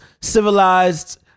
civilized